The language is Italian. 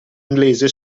inglese